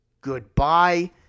goodbye